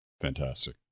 fantastic